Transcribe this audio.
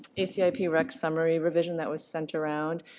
acip summary revision that was sent around.